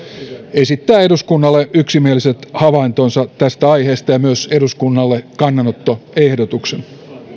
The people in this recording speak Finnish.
esittää eduskunnalle yksimieliset havaintonsa tästä aiheesta ja myös eduskunnalle kannanottoehdotuksen